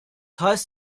heißt